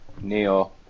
Neo